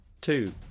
two